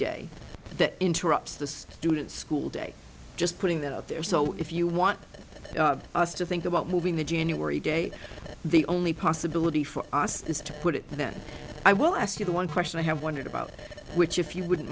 day that interrupts the student school day just putting that out there so if you want us to think about moving the january date the only possibility for us is to put it then i will ask you the one question i have wondered about which if you wouldn't